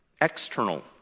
external